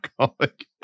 alcoholic